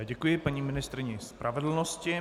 Děkuji paní ministryni spravedlnosti.